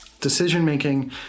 Decision-making